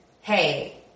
hey